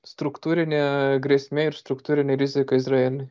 struktūrinė grėsmė struktūrinė rizika izraeliui